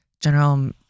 general